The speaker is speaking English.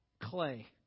clay